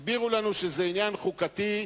הסבירו לנו שזה עניין חוקתי,